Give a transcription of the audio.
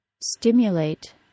stimulate